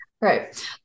Right